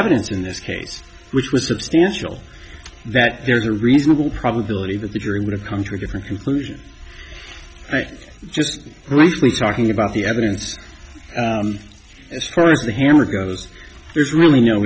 evidence in this case which was substantial that there's a reasonable probability that the jury would have come to a different conclusion just talking about the evidence as far as the hammer goes there's really no